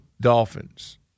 Dolphins